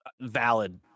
Valid